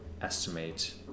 estimate